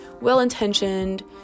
well-intentioned